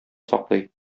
саклый